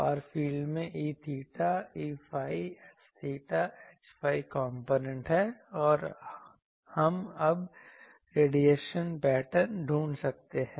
फार field में E𝚹 Eϕ H𝚹 Hϕ component हैं और हम अब रेडिएशन पैटर्न ढूंढ सकते हैं